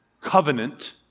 covenant